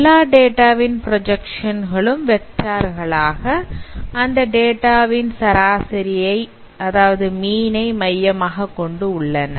எல்லா டேட்டா வின் பிராஜக்சன் களும் வெக்டார் களாக அந்த டேட்டாவின் சராசரியை மையமாகக்கொண்டு உள்ளன